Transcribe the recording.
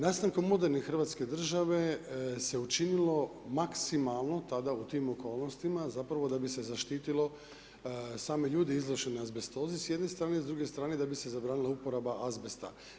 Nastankom moderne Hrvatske države se učinilo maksimalno tada u tim okolnostima zapravo da bi se zaštitilo same ljude izložene azbestozi s jedne strane, s druge strane da bi se zabranila uporaba azbesta.